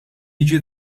jiġi